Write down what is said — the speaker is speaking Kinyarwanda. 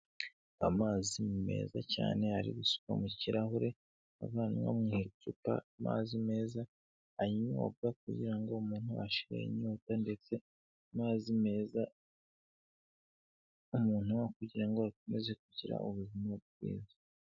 Amazi meza cyane ari gusukwa mu kirahure avanwa mu icupa, amazi meza anyobwa kugira ngo umuntu ashire inyota ndetse amazi meza k'umuntu kugira ngo akomeze kugira ubuzima bwiza.